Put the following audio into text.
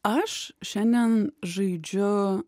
aš šiandien žaidžiu